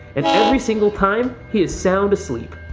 and every single time he is sound asleep.